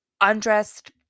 undressed